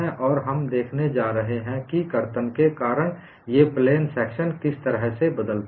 और हम देखने जा रहे हैं कि कर्तन के कारण ये प्लेन सेक्शन किस तरह से बदलते हैं